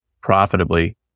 profitably